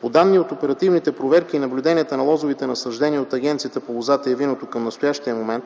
По данни от оперативните проверки и наблюденията на лозовите насаждения от Агенцията по лозата и виното, към настоящия момент